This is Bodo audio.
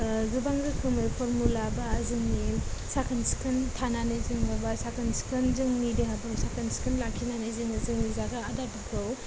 गोबां रोखोमै फरमुला बा जोंनि साखोन सिखोन थानानै जोङो बा साखोन सिखोन जोंनि देहाफोरखौ साखोन सिखोन लाखिनानै जोङो जोंनि जाग्रा आदारफोरखौ